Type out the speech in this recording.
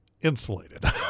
insulated